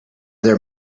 their